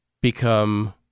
become